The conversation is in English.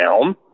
down